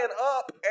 up